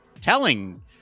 telling